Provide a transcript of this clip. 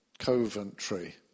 coventry